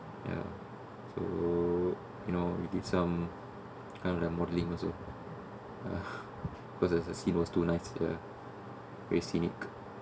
ya so you know we did some kind of like modelling also cause the scene was too nice very scenic